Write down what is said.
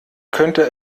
könnte